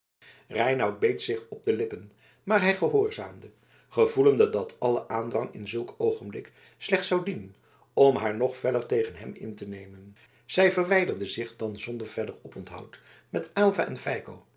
reinout beet zich op de lippen maar hij gehoorzaamde gevoelende dat alle aandrang in zulk een oogenblik slechts zou dienen om haar nog feller tegen hem in te nemen zij verwijderde zich dan zonder verder oponthoud met aylva en feiko